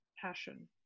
passion